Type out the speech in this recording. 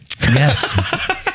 Yes